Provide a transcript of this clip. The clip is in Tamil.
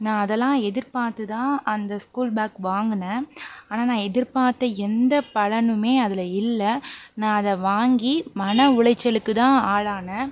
நான் அதெல்லாம் எதிர்பார்த்துதான் அந்த ஸ்கூல் பேக் வாங்குனேன் ஆனால் நான் எதிர்பார்த்த எந்தப் பலனுமே அதில் இல்லை நான் அதை வாங்கி மன உளைச்சலுக்குதான் ஆளானேன்